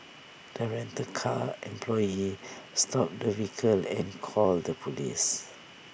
the rental car employee stopped the vehicle and called the Police